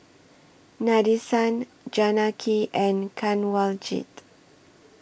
Nadesan Janaki and Kanwaljit